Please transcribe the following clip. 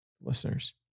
listeners